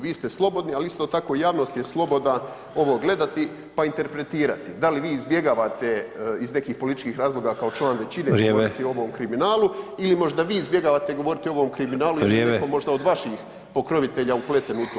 Vi ste slobodni, ali isto tako, javnost je slobodna ovo gledati, pa i interpretirati, da li vi izbjegavate iz nekih političkih razloga kao član većine [[Upadica: Vrijeme.]] ovo u kriminalu ili možda vi izbjegavate govoriti o ovom kriminalu [[Upadica: Vrijeme]] jer je netko možda od vaših pokrovitelja upleten u to.